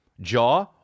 jaw